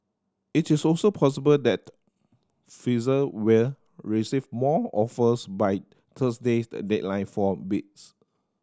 it is also possible that Pfizer will receive more offers by Thursday's that deadline for bids